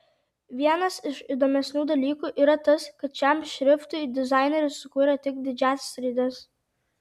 vienas iš įdomesnių dalykų yra tas kad šiam šriftui dizaineris sukūrė tik didžiąsias raides